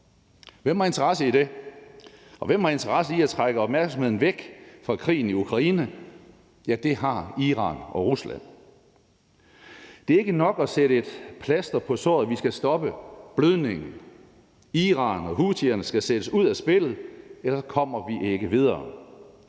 Hvem har interesse i det? Og hvem har interesse i at trække opmærksomheden væk fra krigen i Ukraine? Det har Iran og Rusland. Det er ikke nok at sætte et plaster på såret; vi skal stoppe blødningen. Iran og houthierne skal sættes ud af spillet, ellers kommer vi ikke videre.